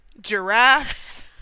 giraffes